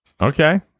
Okay